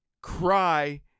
cry